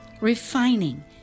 refining